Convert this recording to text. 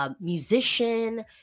musician